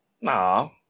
no